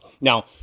Now